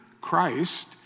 Christ